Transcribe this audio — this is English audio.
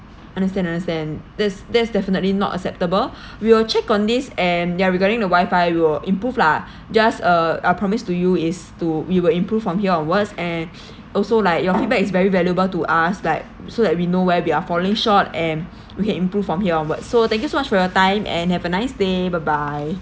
understand understand this that's definitely not acceptable we will check on this and ya regarding the wi-fi we will improve lah just uh I promise to you is to we will improve from here onwards and also like your feedback is very valuable to us like so that we know where we are falling short and we can improve from here onwards so thank you so much for your time and have a nice day bye bye